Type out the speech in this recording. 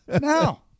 now